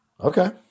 Okay